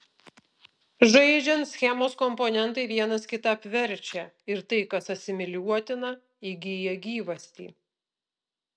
žaidžiant schemos komponentai vienas kitą apverčia ir tai kas asimiliuotina įgyja gyvastį